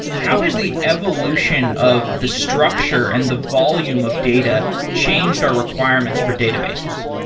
how has the evolution of the structure and the volume of data changed our requirements for databases?